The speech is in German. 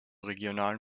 regionalen